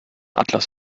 atlas